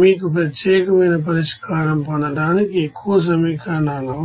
మీకు ప్రత్యేకమైన పరిష్కారం పొందడానికి ఎక్కువ సమీకరణాలు అవసరం